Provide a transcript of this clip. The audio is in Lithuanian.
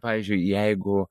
pavyzdžiui jeigu